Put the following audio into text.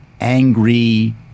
angry